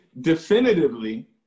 definitively